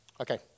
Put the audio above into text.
Okay